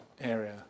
area